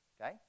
Okay